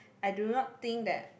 I do not think that